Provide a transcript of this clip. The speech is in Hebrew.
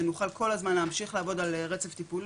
שנוכל כל הזמן להמשיך לעבוד על רצף טיפולי,